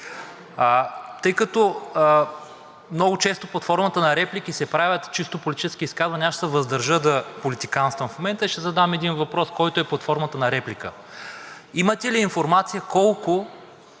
Тъй като много често под формата на реплики се правят и чисто политически изказвания, аз ще се въздържа да политиканствам в момента и ще задам един въпрос, който е под формата на реплика: имате ли информация колко